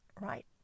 right